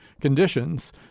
conditions